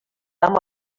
amb